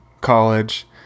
college